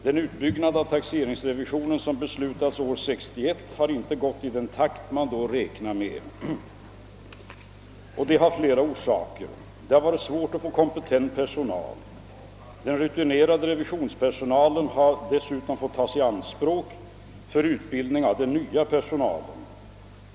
Den utbyggnad av taxeringsrevisionen som beslöts år 1961 har inte gått i den takt man då räknade med. Detta har flera orsaker. Det har varit svårt att få kompetent personal. Den rutinerade revisionspersonalen har dessutom måst tagas i anspråk för utbildning av den nya personalen.